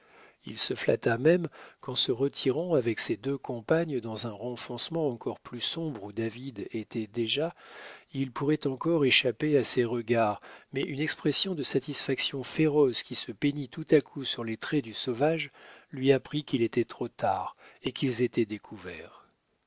il se flatta même qu'en se retirant avec ses deux compagnes dans un renfoncement encore plus sombre où david était déjà ils pourraient encore échapper à ses regards mais une expression de satisfaction féroce qui se peignit tout à coup sur les traits du sauvage lui apprit qu'il était trop tard et qu'ils étaient découverts